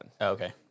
Okay